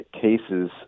cases